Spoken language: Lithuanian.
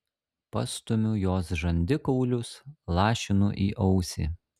pastumiu jos žandikaulius lašinu į ausį